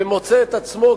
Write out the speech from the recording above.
ומוצא את עצמו,